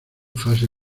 fase